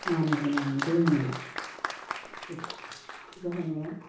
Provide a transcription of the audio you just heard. मानिहोनानै दोनोमोन बे फुजा होनाया